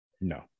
No